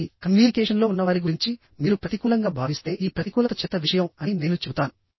కాబట్టి కమ్యూనికేషన్లో ఉన్నవారి గురించి మీరు ప్రతికూలంగా భావిస్తే ఈ ప్రతికూలత చెత్త విషయం అని నేను చెబుతాను